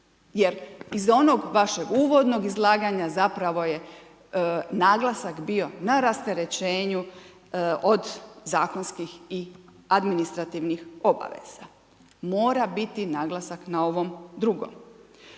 Jer iz onog vašeg uvodnog izlaganja zapravo je naglasak bio na rasterećenju od zakonskih i administrativnih obaveza. Mora biti naglasak na ovom drugom.